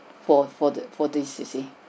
for for the for this you see